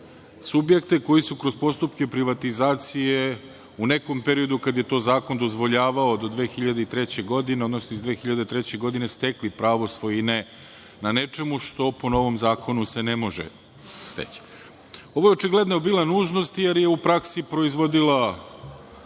subjekte koji su kroz postupke privatizacije u nekom periodu kada je to zakon dozvoljavao do 2003. godine, odnosno iz 2003. godine stekli pravo svojine na nečemu što po novom zakonu se ne može steći. Ovo je očigledno bila nužnost, jer je u praksi proizvodila